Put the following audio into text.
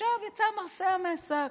עכשיו יצא המרצע מהשק: